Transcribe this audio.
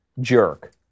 jerk